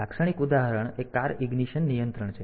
લાક્ષણિક ઉદાહરણ એ કાર ઇગ્નીશન નિયંત્રણ છે